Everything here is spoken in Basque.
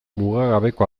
mugagabeko